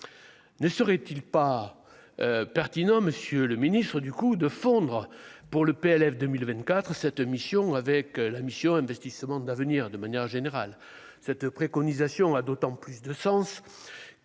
ne serait-il pas pertinent, Monsieur le Ministre, du coup, de fondre pour le PLF 2024 cette mission avec la mission Investissements d'avenir, de manière générale,